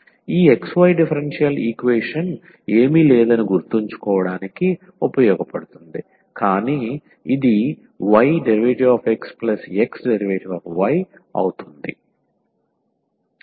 ఈ xy యొక్క differential equation ఏమీ లేదని గుర్తుంచుకోవడానికి ఇది ఉపయోగపడుతుంది కానీ ఇది ydxxdy